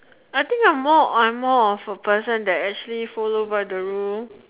I think I'm more on I'm more of a person that actually follow by the rule